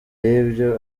y’ibyo